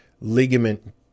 ligament